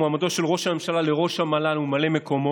מועמדו של ראש הממשלה לראש המל"ל וממלא מקומו,